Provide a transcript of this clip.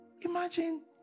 Imagine